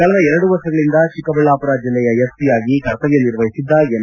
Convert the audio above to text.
ಕಳೆದ ಎರಡು ವರ್ಷಗಳಿಂದ ಚಿಕ್ಕಬಳ್ಳಾಪುರ ಜಿಲ್ಲೆಯ ಎಸ್ಸಿಯಾಗಿ ಕರ್ತವ್ಯ ನಿರ್ವಹಿಸಿದ್ದ ಎನ್